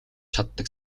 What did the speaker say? чаддаг